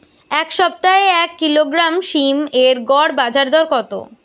এই সপ্তাহে এক কিলোগ্রাম সীম এর গড় বাজার দর কত?